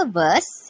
verse